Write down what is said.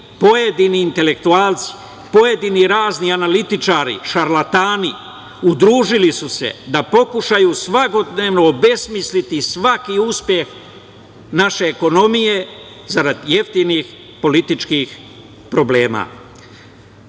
pojedini intelektualci, pojedini razni analitičari, šarlatani su se udružili da pokušaju svakodnevno obesmisliti svaki uspeh naše ekonomije, zarada jeftinih političkih problema. Nadam